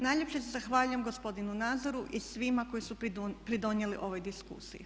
Najljepše se zahvaljujem gospodinu Nazoru i svima koji su pridonijeli ovoj diskusiji.